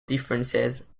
differences